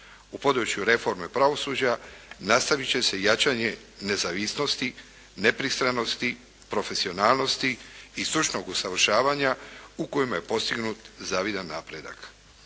U području reforme pravosuđa nastaviti će se jačanje nezavisnosti, nepristranosti, profesionalnosti i stručnog usavršavanja u kojima je postignut zavidan napredak.